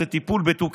והוא טיפול בתוכים.